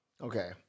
Okay